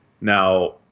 Now